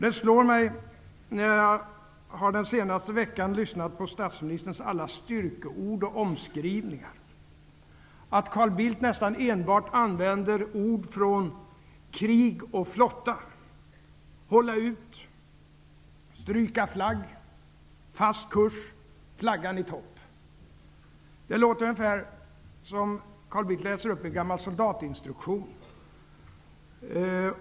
Det slår mig, när jag den senaste veckan har lyssnat på statsministerns alla styrkeord och omskrivningar, att Carl Bildt använder många ord från krig och flotta: hålla ut, stryka flagg, fast kurs, flaggan i topp. Det låter ungefär som om Carl Bildt läser upp en gammal soldatinstruktion.